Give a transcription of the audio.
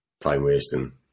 time-wasting